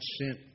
sent